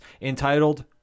entitled